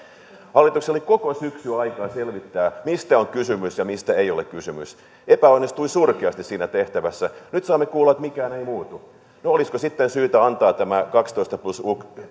hallituksella oli koko syksy aikaa selvittää mistä on kysymys ja mistä ei ole kysymys mutta se epäonnistui surkeasti siinä tehtävässä nyt saamme kuulla että mikään ei muutu no olisiko sitten syytä antaa tämä kaksitoista plus